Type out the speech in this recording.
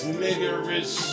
niggerish